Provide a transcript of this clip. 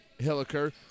Hilliker